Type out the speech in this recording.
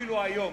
אפילו היום,